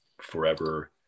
forever